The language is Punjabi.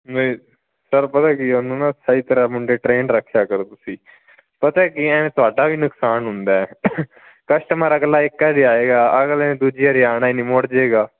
ਨਹੀਂ ਸਰ ਪਤਾ ਕੀ ਉਹਨੂੰ ਨਾ ਸਹੀ ਤਰ੍ਹਾਂ ਮੁੰਡੇ ਟ੍ਰੇਨਡ ਰੱਖਿਆ ਕਰੋ ਤੁਸੀਂ ਪਤਾ ਕੀ ਐਂ ਤੁਹਾਡਾ ਵੀ ਨੁਕਸਾਨ ਹੁੰਦਾ ਕਸਟਮਰ ਅਗਲਾ ਇੱਕ ਵਾਰੀ ਆਏਗਾ ਅਗਲੇ ਨੇ ਦੂਜੀ ਵਾਰੀ ਆਉਣਾ ਨਹੀਂ ਮੁੜ ਜਾਵੇਗਾ